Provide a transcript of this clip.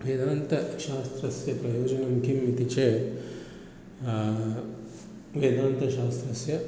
वेदान्तशास्त्रस्य प्रयोजनं किम् इति चेत् वेदान्तशास्त्रस्य